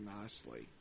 nicely